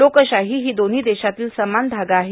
लोकशाही ही दोव्ही देशातील समान धागा आहे